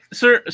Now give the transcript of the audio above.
sir